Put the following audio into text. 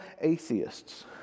atheists